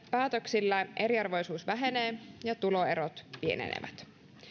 päätöksillä eriarvoisuus vähenee ja tuloerot pienenevät